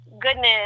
goodness